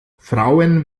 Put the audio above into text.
frauen